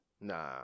Nah